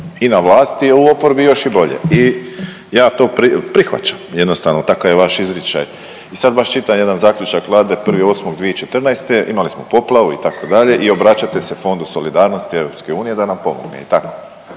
i na vlasti, u oporbi još i bolje i ja to prihvaćam, jednostavno, takav je vaš izričaj i sad baš čitam jedan zaključak Vlade 1.8.2014., imali smo poplavu, itd., i obraćate se Fondu solidarnosti EU da nam pomogne